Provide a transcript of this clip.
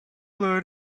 learn